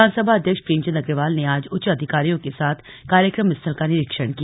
विधानसभा अध्यक्ष प्रेमचंद अग्रवाल ने आज उच्च अधिकारियों के साथ कार्यक्रम स्थल का निरीक्षण किया